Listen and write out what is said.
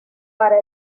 para